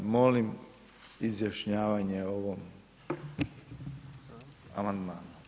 Molim izjašnjavanje o ovom amandmanu.